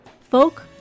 folk